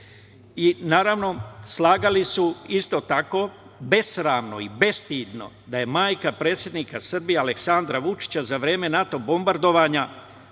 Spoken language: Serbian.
I naravno, slagali su isto tako besramno i bestidno, da je majka predsednika Vučića, za vreme NATO bombardovanja,